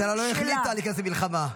הממשלה לא החליטה להיכנס למלחמה.